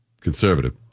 conservative